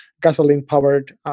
gasoline-powered